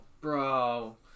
bro